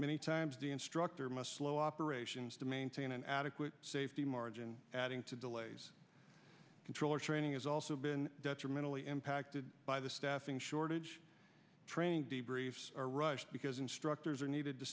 many times the instructor must slow operations to maintain an adequate safety margin adding to delays controller training has also been detrimentally impacted by the staffing shortage training the briefs are rushed because instructors are needed to